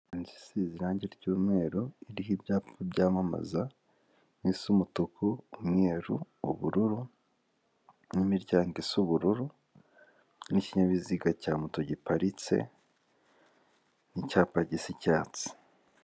Inzu isize irangi ry'umweru iriho ibyapa byamamaza bisa umutuku, umweru, ubururu n'imiryango isa ubururu n'ikinyabiziga cya moto giparitse n'icyapa gisa icyatsi.